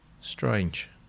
Strange